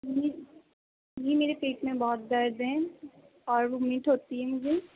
جی جی میرے پیٹ میں بہت درد ہے اور وومٹ ہوتی ہے مجھے